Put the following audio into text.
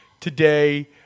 today